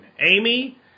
Amy